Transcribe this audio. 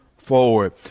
Forward